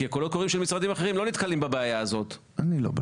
כי הקולות וקראים של משרדים אחרים לא נתקלים בבעיה הזאת.